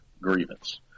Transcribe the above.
grievance